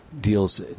deals